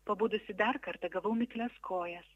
pabudusi dar kartą gavau miklias kojas